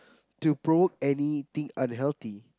to probe anything unhealthy